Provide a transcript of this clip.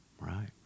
right